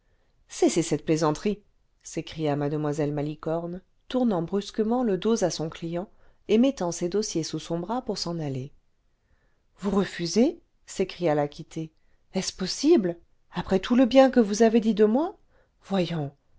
cessez cette plaisanterie s'écria mllc malicorne tournant brusquement le dos à son client et mettant ses dossiers sous son bras pour s'en aller vous refusez s'écria l'acquitté est-ce possible après tout le bien que vous avez dit de moi voyons